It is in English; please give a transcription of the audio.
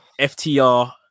ftr